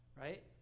right